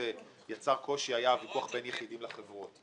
שיצר קושי היה הוויכוח בין יחידים לחברות.